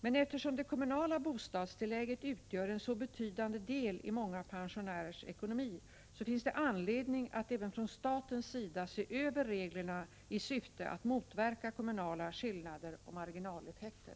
Men eftersom det kommunala bostadstillägget utgör en så betydande del i många pensionärers ekonomi, så finns det anledning att även från statens sida se över reglerna i syfte att motverka kommunala skillnader och marginaleffekter.